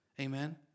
Amen